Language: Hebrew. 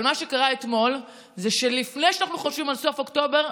אבל מה שקרה אתמול זה שלפני שאנחנו חושבים על סוף אוקטובר,